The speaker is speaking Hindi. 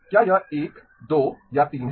क्या यह 1 2 या 3 है